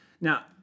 Now